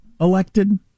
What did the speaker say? elected